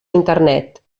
internet